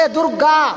Durga